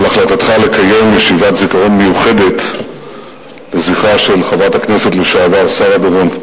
על החלטתך לקיים ישיבת זיכרון מיוחדת לחברת הכנסת לשעבר שרה דורון.